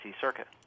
circuit